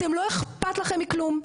אתם לא אכפת לכם מכלום,